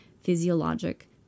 physiologic